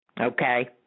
Okay